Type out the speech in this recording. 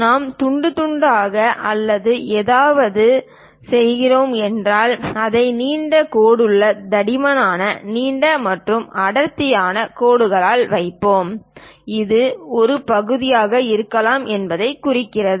நாம் துண்டு துண்டாக அல்லது எதையாவது செய்கிறோம் என்றால் அதை நீண்ட கோடுள்ள தடிமனான நீண்ட மற்றும் அடர்த்தியான கோடுகளால் காண்பிப்போம் இது ஒரு பகுதி இருக்கலாம் என்பதைக் குறிக்கிறது